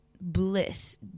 bliss